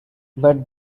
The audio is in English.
but